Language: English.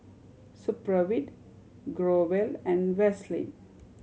Supravit Growell and Vaselin